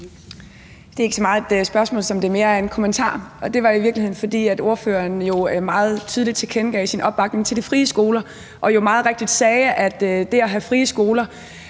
Det er ikke så meget et spørgsmål, som det er en kommentar. Og det er i virkeligheden, fordi ordføreren jo meget tydeligt tilkendegav sin opbakning til de frie skoler og meget rigtigt sagde, at det ikke er sådan,